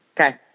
Okay